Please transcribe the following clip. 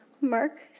Mark